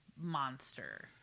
monster